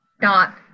dot